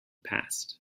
past